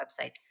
website